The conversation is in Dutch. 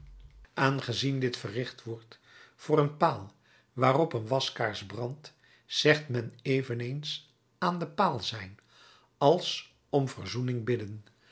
aangezien dit verricht wordt voor een paal waarop een waskaars brandt zegt men eveneens aan den paal zijn als om verzoening bidden